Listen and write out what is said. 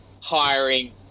hiring